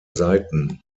seiten